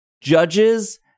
Judges